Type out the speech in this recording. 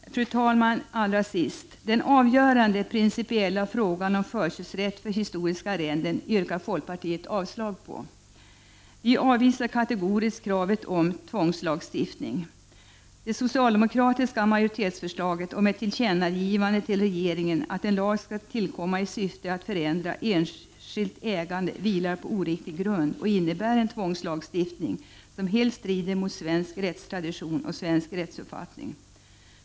När det gäller den avgörande principiella frågan om förköpsrätt för historiska arrenden yrkar vi i folkpartiet avslag. Vi avvisar kategoriskt kravet på tvångslagstiftning. Det socialdemokratiska majoritetsförslaget om ett tillkännagivande till regeringen om att en lag skall tillkomma i syfte att förändra enskilt ägande vilar på oriktig grund och innebär en tvångslagstiftning som helt strider mot svensk rättstradition och svensk rättsuppfattning.